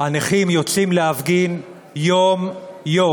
הנכים יוצאים להפגין יום-יום,